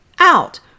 Out